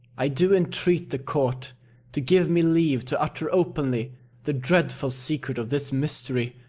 i do entreat the court to give me leave to utter openly the dreadful secret of this mystery,